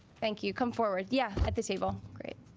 thank you come forward yeah at this table great